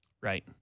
Right